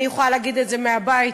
אני יכולה להגיד את זה מהבית,